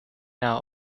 now